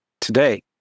today